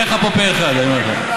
יהיה לך פֹה פה אחד, אני אומר לך.